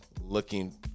looking